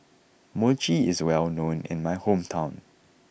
Mochi is well known in my hometown